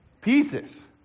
pieces